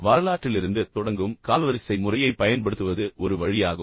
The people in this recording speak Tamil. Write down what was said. வரலாற்றிலிருந்து தொடங்கும் காலவரிசை முறையைப் பயன்படுத்துவது ஒரு வழியாகும்